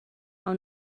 ond